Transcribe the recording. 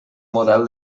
model